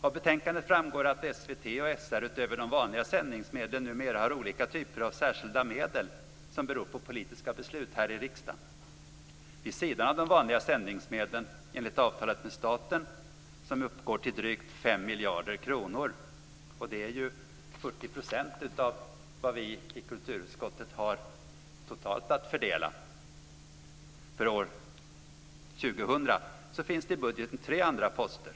Av betänkandet framgår att SVT och SR utöver de vanliga sändningsmedlen numera har olika typer av särskilda medel som beror på politiska beslut här i riksdagen. Vid sidan av de vanliga sändningsmedlen enligt avtalet med staten, som uppgår till drygt 5 miljarder kronor för år 2000 - och det är 40 % av vad vi i kulturutskottet totalt har att fördela - finns det i budgeten tre andra poster.